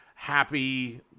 Happy